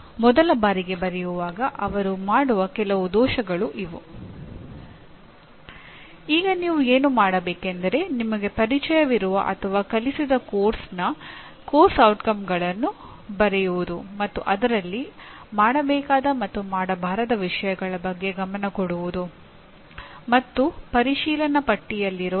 ಯಾವ ರೀತಿಯ ಸೂಚನಾ ಕಾರ್ಯ ವಿಧಾನಗಳನ್ನು ಉಪಯೋಗಿಸಬಹುದು ಮತ್ತು ಯಾವ ರೀತಿಯ ಉದ್ದೇಶಗಳನ್ನು ಸಾಧಿಸಬಹುದು ಎಂಬುದನ್ನು ನಿರ್ಧರಿಸುವ ಕೆಲವು ವೈಶಿಷ್ಟ್ಯಗಳಿವೆ